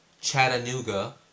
Chattanooga